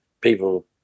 People